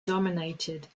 dominated